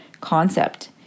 concept